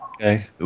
Okay